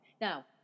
now